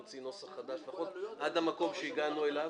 להוציא נוסח חדש עד למקום שהגענו אליו.